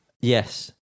Yes